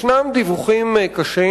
יש דיווחים קשים,